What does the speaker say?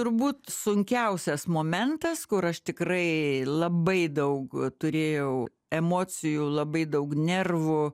turbūt sunkiausias momentas kur aš tikrai labai daug turėjau emocijų labai daug nervų